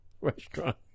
restaurant